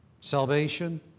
Salvation